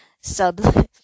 sub